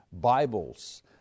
Bibles